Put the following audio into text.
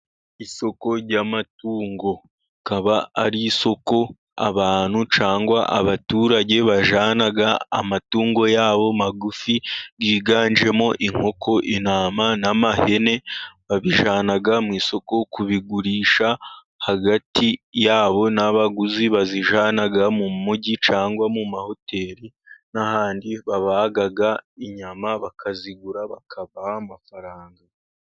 Isoko ry'amatungo, ikaba ari isoko abantu cyangwa abaturage bajyana amatungo yabo magufi, byiganjemo inkoko, intama, n'amahene babijyana mu isoko kubigurisha hagati yabo n'abaguzi, bazijana mu mugi cyangwa mu mahoteri n'ahandi babaga inyama, bakazigura bakabaha amafaranga.